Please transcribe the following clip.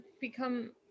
become